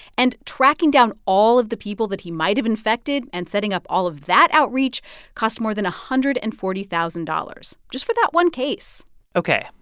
and tracking down all of the people that he might have infected and setting up all of that outreach cost more than one hundred and forty thousand dollars just for that one case ok.